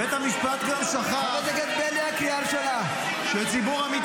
בית המשפט שכח שבאותו בוקר חצי מיליון